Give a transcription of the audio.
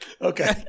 Okay